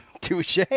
touche